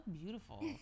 beautiful